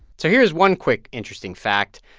so here is one quick, interesting fact.